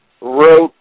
wrote